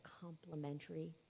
complementary